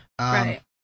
Right